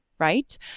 Right